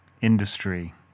industry